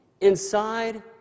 inside